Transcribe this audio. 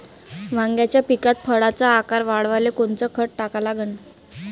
वांग्याच्या पिकात फळाचा आकार वाढवाले कोनचं खत टाका लागन?